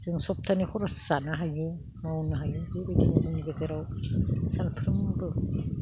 जों सप्तानि खरस जानो हायो मावनो हायो बेबायदिनो जोंनि गेजेराव सानफ्रोमबो